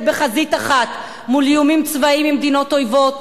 בחזית אחת מול איומים צבאיים ממדינות אויבות,